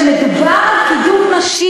אבל כשמדובר על קידום נשים,